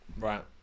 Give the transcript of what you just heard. Right